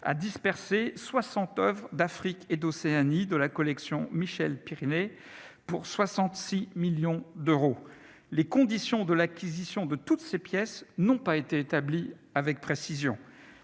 a dispersé soixante oeuvres d'Afrique et d'Océanie de la collection de Michel Périnet, pour 66 millions d'euros. Les conditions de l'acquisition de toutes ces pièces n'ont pas été établies avec précision.